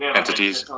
entities